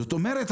זאת אומרת,